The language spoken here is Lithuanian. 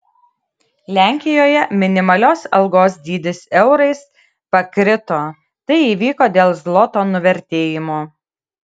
lenkijoje minimalios algos dydis eurais pakrito tai įvyko dėl zloto nuvertėjimo